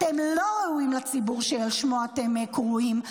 אתם לא ראויים לציבור שעל שמו אתם קרואים.